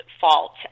fault